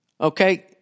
Okay